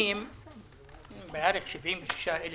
מדובר על בערך 76,000